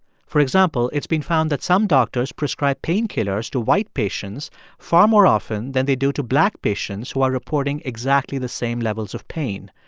for example, it's been found that some doctors prescribe painkillers to white patients far more often than they do to black patients who are reporting exactly the same levels of pain.